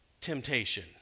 temptation